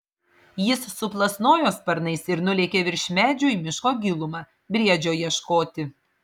jis suplasnojo sparnais ir nulėkė virš medžių į miško gilumą briedžio ieškoti